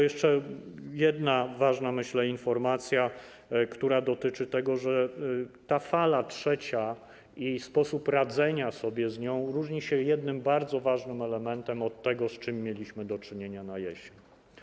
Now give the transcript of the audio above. Jeszcze jedna ważna, myślę, informacja, która dotyczy tego, że ta trzecia fala i sposób radzenia sobie z nią różnią się jednym bardzo ważnym elementem od tego, z czym mieliśmy do czynienia na jesieni.